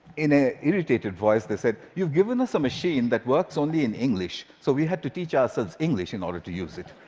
in an irritated voice, they said, you've given us a machine that works only in english, so we had to teach ourselves english in order to use it.